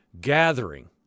gathering